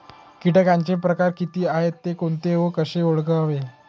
किटकांचे प्रकार किती आहेत, ते कोणते व कसे ओळखावे?